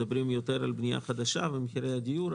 מדברים יותר על בנייה חדשה ועל מחירי הדיור,